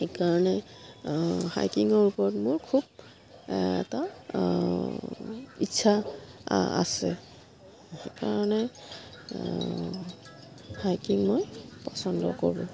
সেইকাৰণে হাইকিঙৰ ওপৰত মোৰ খুব এটা ইচ্ছা আছে সেইকাৰণে হাইকিং মই পচন্দ কৰোঁ